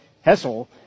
Hessel